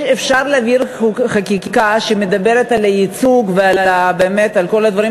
אפשר להעביר חקיקה שמדברת על הייצוג ובאמת על כל הדברים,